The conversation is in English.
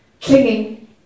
clinging